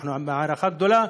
אנחנו עם הערכה גדולה,